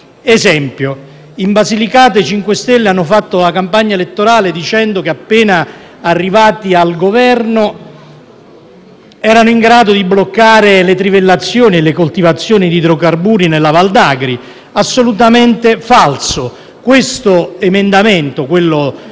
che in Basilicata i 5 Stelle hanno fatto la campagna elettorale dicendo che, appena arrivati al Governo, sarebbero stati in grado di bloccare le trivellazioni e le coltivazioni di idrocarburi nella Val d'Agri: è assolutamente falso. L'emendamento che